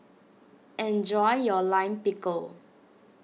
enjoy your Lime Pickle